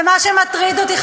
ומה שמטריד אותי,